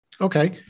Okay